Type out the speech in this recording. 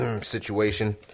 situation